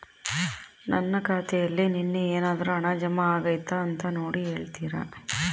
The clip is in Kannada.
ನನ್ನ ಖಾತೆಯಲ್ಲಿ ನಿನ್ನೆ ಏನಾದರೂ ಹಣ ಜಮಾ ಆಗೈತಾ ಅಂತ ನೋಡಿ ಹೇಳ್ತೇರಾ?